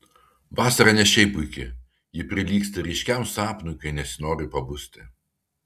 vasara ne šiaip puiki ji prilygsta ryškiam sapnui kai nesinori pabusti